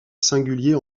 singulier